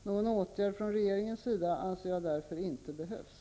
Någon åtgärd från regeringens sida anser jag därför inte behövs.